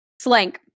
Slank